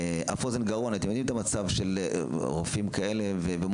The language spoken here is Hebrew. אף אוזן גרון אתם יודעים מה המצב של רופאים כאלה ושל